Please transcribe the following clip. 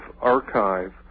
archive